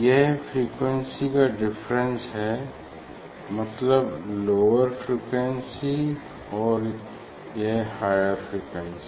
यह फ्रीक्वेंसी का डिफरेंस हैं मतलब लोअर फ्रीक्वेंसी और यह हायर फ्रीक्वेंसी